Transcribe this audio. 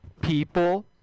People